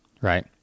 right